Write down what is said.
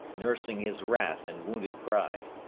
nursing his wrath and wounded pride.